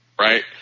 right